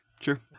Sure